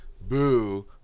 boo